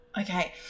Okay